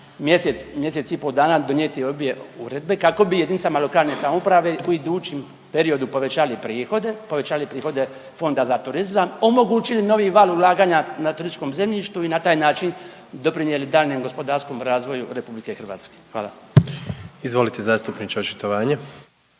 mjesec i po dana donijeti obje uredbe kako bi jedinicama lokalne samouprave u idućem periodu povećali prihode, povećali prihode Fonda za turizam omogućili novi val ulaganja na turističkom zemljištu i na taj način doprinijeli daljnjem gospodarskom razvoju RH. Hvala. **Jandroković, Gordan (HDZ)** Izvolite zastupniče očitovanje.